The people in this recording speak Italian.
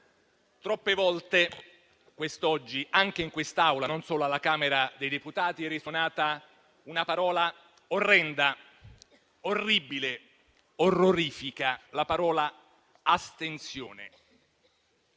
troppe volte quest'oggi anche in quest'Aula, non solo alla Camera dei deputati, è risuonata una parola orrenda, orribile, orrorifica: la parola «astensione».